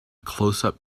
closeup